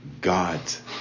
god's